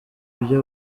ibyo